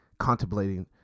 contemplating